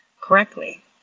correctly